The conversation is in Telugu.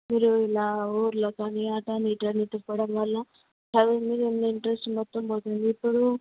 మీరు ఇలా ఊళ్ళకి అని అటు అని ఇటు అని తిప్పడం వల్ల చదువు మీద ఉన్న ఇంట్రెస్ట్ మొత్తం పోతుంది ఇప్పుడు